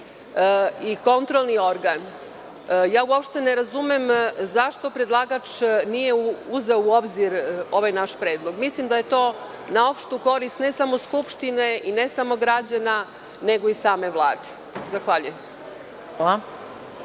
i kontrolni organ. Uopšte ne razumem zašto predlagač nije uzeo u obzir ovaj naš predlog. Mislim da je to na opštu korist ne samo Skupštine i ne samo građana nego i same Vlade. Zahvaljujem.